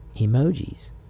emojis